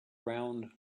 little